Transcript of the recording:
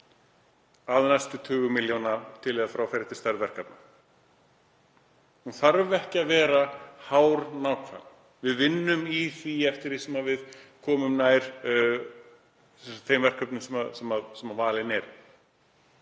að næstu tugum milljóna til eða frá, það fer eftir stærð verkefna. Hún þarf ekki að vera hárnákvæm. Við vinnum í því eftir því sem við komumst nær þeim verkefnum sem valin eru.